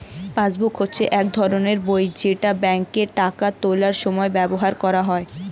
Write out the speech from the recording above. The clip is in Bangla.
পাসবুক হচ্ছে এক ধরনের বই যেটা ব্যাংকে টাকা তোলার সময় ব্যবহার করা হয়